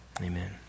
amen